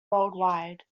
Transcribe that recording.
worldwide